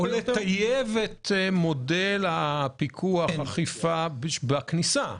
או לטייב את מודל הפיקוח והאכיפה בכניסה.